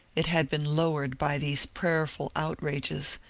it had been low ered by these prayerful outrages,